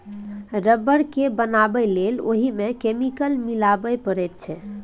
rubber केँ बनाबै लेल ओहि मे केमिकल मिलाबे परैत छै